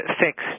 fixed